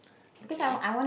okay